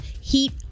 heat